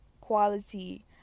quality